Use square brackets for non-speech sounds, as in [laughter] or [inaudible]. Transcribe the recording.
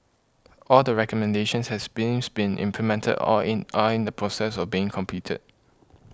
all the recommendations has [unintelligible] been implemented or in are in the process of being completed